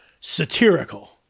satirical